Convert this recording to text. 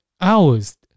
hours